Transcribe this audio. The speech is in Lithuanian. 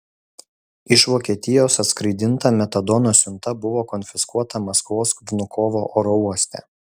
iš vokietijos atskraidinta metadono siunta buvo konfiskuota maskvos vnukovo oro uoste